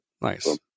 Nice